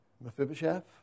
Mephibosheth